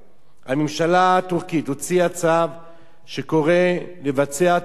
הממשלה הטורקית הוציאה צו שקורא לבצע טרנספר